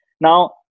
Now